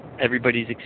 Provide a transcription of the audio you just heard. everybody's